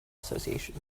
association